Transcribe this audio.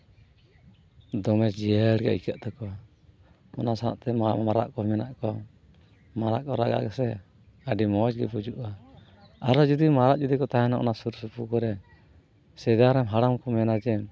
ᱫᱚᱢᱮ ᱡᱤᱭᱟᱹᱲ ᱜᱮ ᱟᱹᱭᱠᱟᱹᱜ ᱛᱟᱠᱚᱣᱟ ᱚᱱᱟ ᱥᱟᱶᱛᱮ ᱢᱟ ᱢᱟᱨᱟᱜ ᱠᱚ ᱢᱮᱱᱟᱜ ᱠᱚᱣᱟ ᱢᱟᱨᱟᱜ ᱠᱚ ᱨᱟᱜᱟ ᱥᱮ ᱟᱹᱰᱤ ᱢᱚᱡᱽ ᱜᱮ ᱵᱩᱡᱩᱜᱼᱟ ᱟᱨᱚ ᱡᱩᱫᱤ ᱢᱟᱨᱟᱜ ᱡᱩᱫᱤ ᱠᱚ ᱛᱟᱦᱮᱱᱟ ᱚᱱᱟ ᱥᱩᱨ ᱥᱩᱯᱩᱨ ᱠᱚᱨᱮ ᱥᱮᱫᱟᱭ ᱨᱮᱱ ᱦᱟᱲᱟᱢ ᱠᱚ ᱢᱮᱱᱟ ᱡᱮ